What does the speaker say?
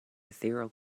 ethereal